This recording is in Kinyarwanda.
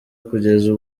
kugeza